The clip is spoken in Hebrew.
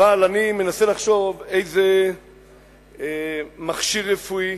אבל אני מנסה לחשוב איזה מכשיר רפואי